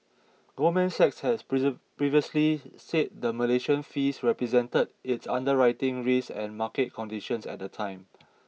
Goldman Sachs has previously said the Malaysia fees represented its underwriting risks and market conditions at the time